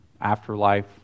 afterlife